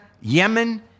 Yemen